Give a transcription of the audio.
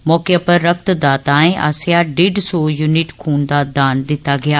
मौके उप्पर रक्तदाताएं आस्सेआ डेढ़ सौ युनिट खून दा दान दित्ता गेआ